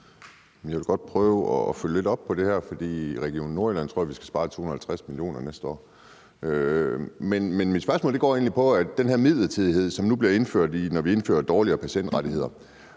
Jeg vil godt prøve at følge lidt op på det her, for i Region Nordjylland tror jeg vi skal spare 250 mio. kr. næste år. Men mit spørgsmål går egentlig på den her midlertidighed, som nu bliver indført, når vi indfører dårligere patientrettigheder.